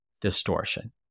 distortion